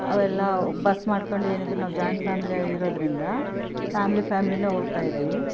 ಅವೆಲ್ಲ ಬಸ್ ಮಾಡ್ಕೊಂಡು ಏನಿದ್ರೂ ನಾವು ಜಾಯಿಂಟ್ ಫ್ಯಾಮಿಲಿ ಆಗಿ ಇರೋದರಿಂದ ಫ್ಯಾಮ್ಲಿ ಫ್ಯಾಮ್ಲಿಯೇ ಹೋಗ್ತಾ ಇದ್ವಿ